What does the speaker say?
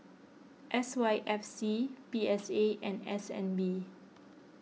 S Y F C B S A and S N B